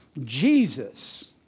Jesus